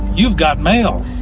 you've got mail.